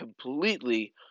completely